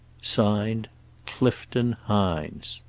signed clifton hines.